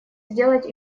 сделать